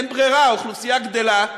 אין ברירה, האוכלוסייה גדלה,